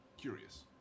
curious